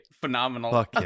Phenomenal